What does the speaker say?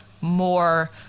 more